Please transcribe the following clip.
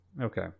Okay